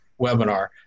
webinar